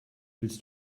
willst